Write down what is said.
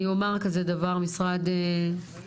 אני אומר כזה דבר, משרד המשפטים: